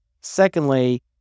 Secondly